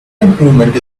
improvement